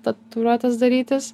tatuiruotes darytis